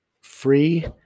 free